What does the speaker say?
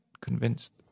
convinced